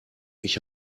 ich